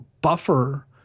buffer